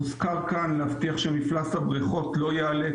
הוזכר כאן שיש להבטיח שמפלס הבריכות לא יעלה,